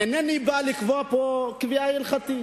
אינני בא לקבוע פה קביעה הלכתית.